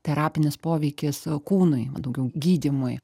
terapinis poveikis kūnui na daugiau gydymui